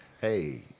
Hey